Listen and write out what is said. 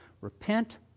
repent